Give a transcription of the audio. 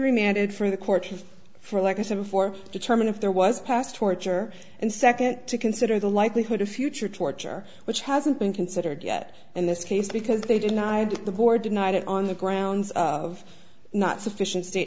remanded from the courtroom for like i said before determine if there was past torture and second to consider the likelihood of future torture which hasn't been considered yet in this case because they denied the board denied it on the grounds of not sufficient state